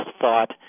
thought